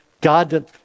God